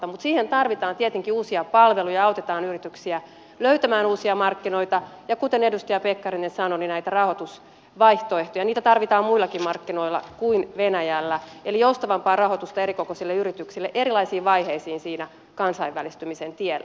mutta siihen tarvitaan tietenkin uusia palveluja autetaan yrityksiä löytämään uusia markkinoita ja kuten edustaja pekkarinen sanoi näitä rahoitusvaihtoehtoja niitä tarvitaan muillakin markkinoilla kuin venäjällä eli joustavampaa rahoitusta erikokoisille yrityksille erilaisiin vaiheisiin siinä kansainvälistymisen tiellä